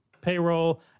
payroll